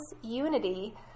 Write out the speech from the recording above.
unity